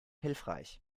hilfreich